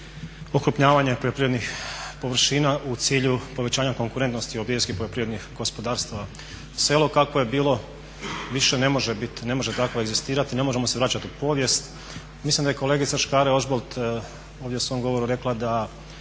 poljoprivrednih površina u cilju povećanja konkurentnosti OPG-a. Selo kakvo je bilo više ne može bit, ne može takvo egzistirati, ne možemo se vraćat u povijest. Mislim da je kolegica Škare-Ožbolt ovdje u svom govoru rekla da